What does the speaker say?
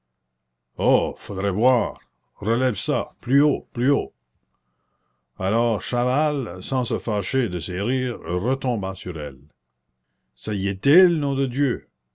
oh faudrait voir relève ça plus haut plus haut alors chaval sans se fâcher de ces rires retomba sur elle ça y est-il nom de dieu